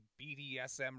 BDSM